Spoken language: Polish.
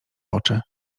oczy